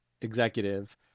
executive